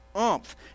oomph